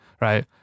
right